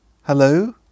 Hello